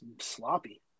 sloppy